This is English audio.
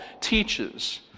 teaches